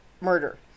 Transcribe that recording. murder